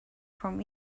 from